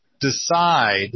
decide